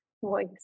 voice